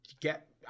get